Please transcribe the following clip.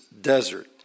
desert